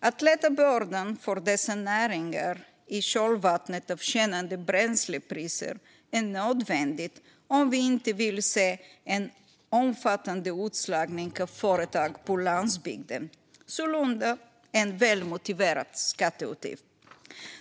Att lätta bördan för dessa näringar i kölvattnet av skenande bränslepriser är nödvändigt om vi inte vill se en omfattande utslagning av företag på landsbygden - sålunda en väl motiverad skatteutgift.